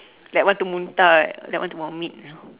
like want to muntah like want to vomit ah